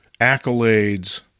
accolades